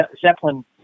Zeppelin